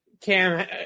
Cam